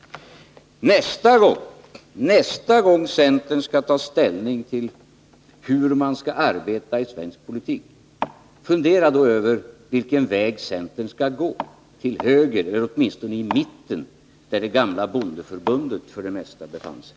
Nästa gång centern skall ta ställning till hur man skall arbeta i svensk politik, fundera då över vilken väg centern skall gå! Skall ni gå till höger eller mot mitten, där det gamla bondeförbundet för det mesta befann sig?